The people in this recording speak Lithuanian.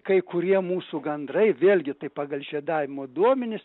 kai kurie mūsų gandrai vėlgi tai pagal žiedavimo duomenis